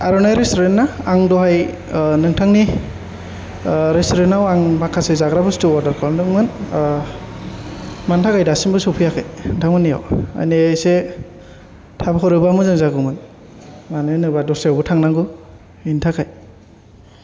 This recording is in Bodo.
आर'नाय रेसथ'रेन्ट ना आं दहाय नोंथांनि रेसथ'रेन्ट आव आं माखासे जाग्रा बुसथु अर्डार खालामदोंमोन मानि थाखाय दासिमबो सफैयाखै नोंथांमोननियाव माने एसे थाब हरोबा मोजां जागौमोन मानो होनोबा दस्रायावबो थांनांगौ बेनि थाखाय